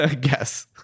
Guess